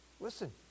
Listen